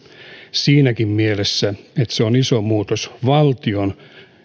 siinäkin mielessä että se on iso muutos valtion